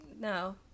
No